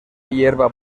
hierba